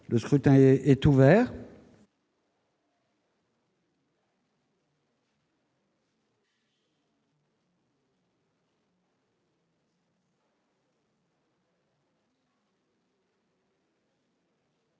Le scrutin est ouvert.